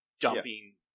dumping